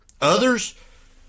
Others